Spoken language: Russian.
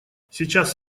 сейчас